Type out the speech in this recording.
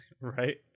Right